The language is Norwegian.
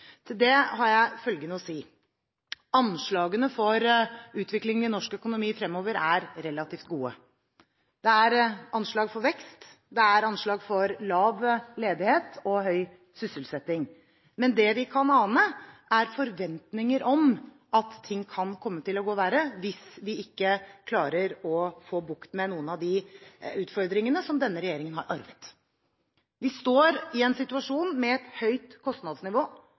Til det har jeg følgende å si: Anslagene for utviklingen i norsk økonomi fremover er relativt gode. Det er anslag for vekst, og det er anslag for lav ledighet og høy sysselsetting. Men det vi kan ane, er forventninger om at ting kan komme til å gå verre hvis vi ikke klarer å få bukt med noen av de utfordringene som denne regjeringen har arvet. Vi står i en situasjon med et høyt kostnadsnivå